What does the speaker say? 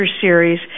Series